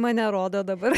mane rodo dabar